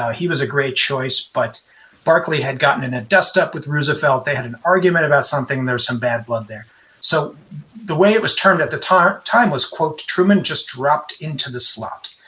he was a great choice but barkley had gotten in a dustup with roosevelt. they had an argument about something, there was some bad blood there so the way it was termed at the time time was quote, truman just dropped into the slot.